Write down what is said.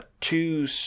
two